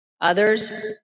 Others